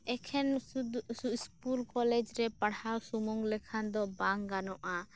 ᱮᱠᱷᱮᱱ ᱥᱩᱫᱷᱩ school college ᱨᱮ ᱯᱟᱲᱦᱟᱣ ᱥᱩᱢᱩᱝ ᱞᱮᱠᱷᱟᱱ ᱫᱚ ᱵᱟᱝ ᱜᱟᱱᱚᱜᱼᱟ